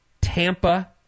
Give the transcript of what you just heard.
Tampa